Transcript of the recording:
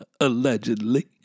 Allegedly